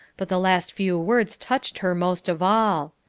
but the last few words touched her most of all.